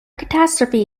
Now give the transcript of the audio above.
catastrophe